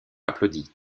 applaudi